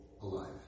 alive